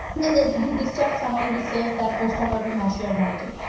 then there's a new discharge summary. we says that postoperative not sure. um um and